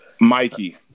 Mikey